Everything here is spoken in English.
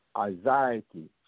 anxiety